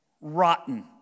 rotten